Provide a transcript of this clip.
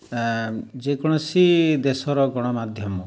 ଯେକୌଣସି ଦେଶର ଗଣମାଧ୍ୟମ